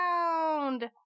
round